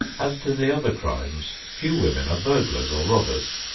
as to the other crimes, few women are burglars or robbers,